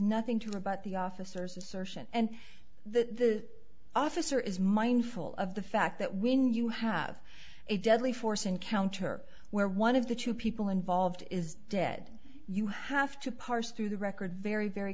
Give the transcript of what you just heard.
nothing to rebut the officers assertion and the officer is mindful of the fact that when you have a deadly force encounter where one of the two people involved is dead you have to parse through the record very very